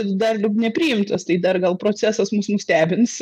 dar nepriimtas tai dar gal procesas mus nustebins